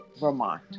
Vermont